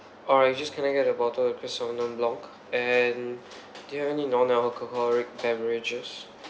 alright I'm just going to get a bottle of crisp sauvignon blanc and do you have any non alcoholic beverages